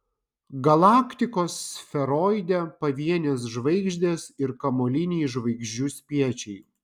galaktikos sferoide pavienės žvaigždės ir kamuoliniai žvaigždžių spiečiai